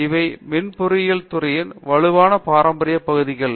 இவை மின் பொறியியல் துறையில் வலுவான பாரம்பரிய பகுதிகள்